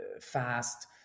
fast